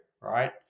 right